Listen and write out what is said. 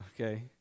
Okay